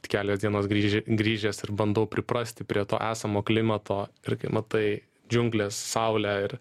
kelios dienos grįž grįžęs ir bandau priprasti prie to esamo klimato ir kai matai džiungles saulę ir